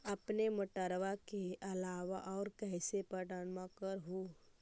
अपने मोटरबा के अलाबा और कैसे पट्टनमा कर हू?